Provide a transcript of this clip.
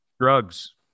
drugs